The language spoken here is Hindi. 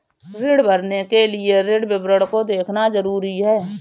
ऋण भरने के लिए ऋण विवरण को देखना ज़रूरी है